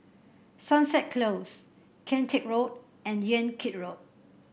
Sunset Close Kian Teck Road and Yan Kit Road